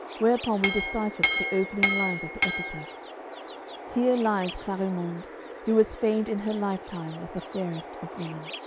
whereupon we deciphered the opening lines of the epitaph here lies clarimonde who was famed in her life-time as the fairest of women.